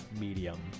medium